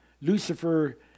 Lucifer